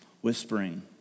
whispering